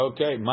Okay